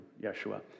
Yeshua